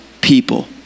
people